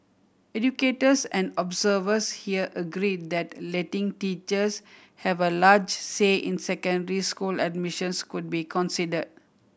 educators and observers here agreed that letting teachers have a large say in secondary school admissions could be considered